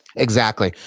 exactly.